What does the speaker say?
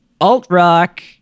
alt-rock